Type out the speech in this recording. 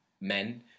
men